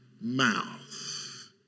mouth